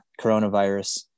coronavirus